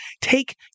take